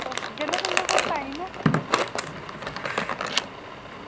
जेल्लै तुंदे कोल टाईम